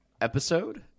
episode